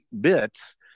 bits